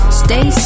stay